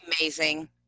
Amazing